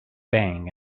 bang